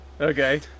Okay